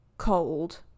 cold